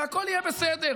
הכול יהיה בסדר.